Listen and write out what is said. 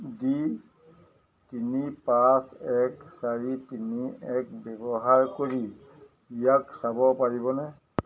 D তিনি পাঁচ এক চাৰি তিনি এক ব্যৱহাৰ কৰি ইয়াক চাব পাৰিবনে